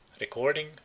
Recording